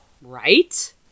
Right